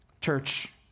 Church